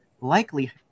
likely